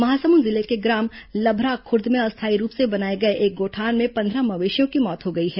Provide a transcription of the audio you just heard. महासमुंद जिले के ग्राम लभराखुर्द में अस्थायी रूप से बनाए गए एक गौठान में पंद्रह मवेशियों की मौत हो गई है